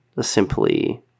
simply